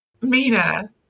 Mina